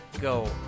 Go